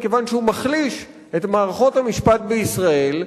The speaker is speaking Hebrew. מכיוון שהוא מחליש את מערכות המשפט בישראל,